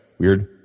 weird